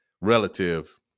relative